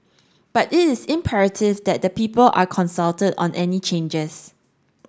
but it is imperative that the people are consulted on any changes